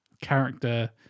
character